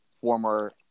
former